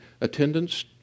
attendance